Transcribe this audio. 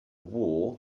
war